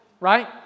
Right